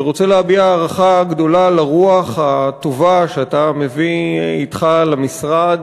ורוצה להביע הערכה גדולה לרוח הטובה שאתה מביא אתך למשרד.